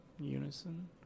Unison